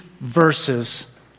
verses